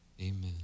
Amen